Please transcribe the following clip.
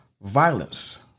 violence